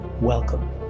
Welcome